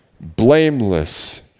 blameless